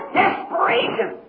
desperation